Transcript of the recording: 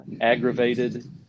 aggravated